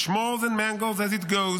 which mauls and mangles as it goes,